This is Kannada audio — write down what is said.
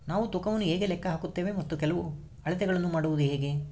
ನಾವು ತೂಕವನ್ನು ಹೇಗೆ ಲೆಕ್ಕ ಹಾಕುತ್ತೇವೆ ಮತ್ತು ಕೆಲವು ಅಳತೆಗಳನ್ನು ಮಾಡುವುದು ಹೇಗೆ?